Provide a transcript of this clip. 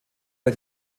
der